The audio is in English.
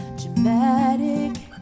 dramatic